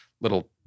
little